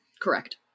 Correct